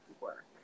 work